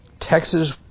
Texas